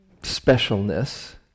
specialness